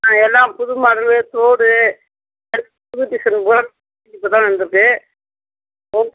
ஆ எல்லாம் புது மாடலு தோடு எல்லாம் புது டிசைனு பூரா இப்போ தான் வந்திருக்கு